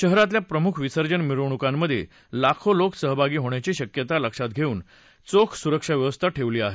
शहरातल्या प्रमुख विसर्जन मिरवणुकांमध्ये लाखो लोक सहभागी होण्याची शक्यता लक्षात घेऊन चोख सुरक्षा व्यवस्था ठेवली आहे